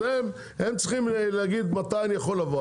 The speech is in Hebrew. אז הם צריכים להגיד: מתי אני יכול לבוא?